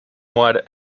wide